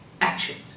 actions